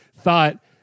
thought